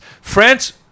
France